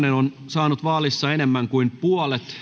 saanut vaalissa enemmän kuin puolet